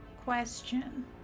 question